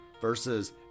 Versus